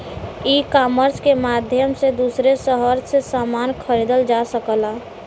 ecommerce के माध्यम से दूसरे शहर से समान खरीदल जा सकला